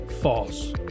False